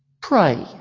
Pray